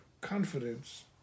confidence